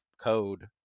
code